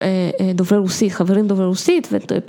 דוברי רוסית, חברים דוברי רוסי